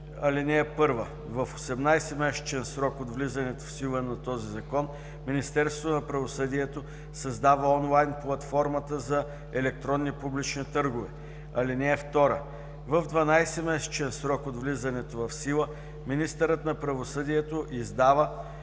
„§ 72. (1) В 18-месечен срок от влизането в сила на този закон Министерството на правосъдието създава онлайн платформата за електронни публични търгове. (2) В 12-месечен срок от влизането в сила министърът на правосъдието издава